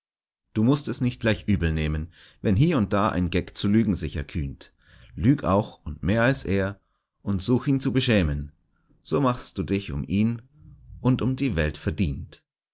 du mußt es nicht gleich übelnehmen wenn hie und da ein geck zu lügen sich erkühnt lüg auch und mehr als er und such ihn zu beschämen so machst du dich um ihn und um die welt verdient